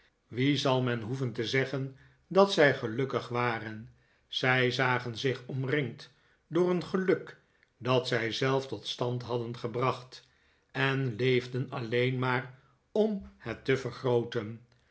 wien zal men hoeven te zeggen dat zij gelukkig waren zij zagen zich omringd door een geluk dat zij zelf tot stand hadden gebracht en leefden alleen maar om het te vergrooten